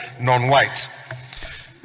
non-white